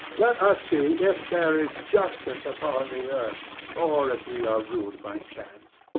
let us see if there is justice upon the earth, or if we are ruled by chance